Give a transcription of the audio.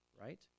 Right